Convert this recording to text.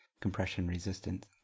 compression-resistant